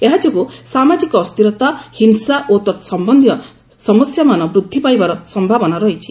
ଏହା ଯୋଗୁଁ ସାମାଜିକ ଅସ୍କିରତା ହିଂସା ଓ ତତ୍ସମ୍ବନ୍ଧୀୟ ସମସ୍ୟାମାନ ବୃଦ୍ଧି ପାଇବାର ସମ୍ଭାବନା ରହିଛି